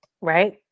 right